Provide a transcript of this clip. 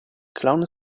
clown